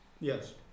yes